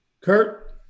Kurt